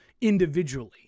individually